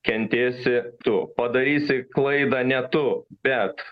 kentėsi tu padarysi klaidą ne tu bet